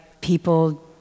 people